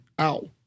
ow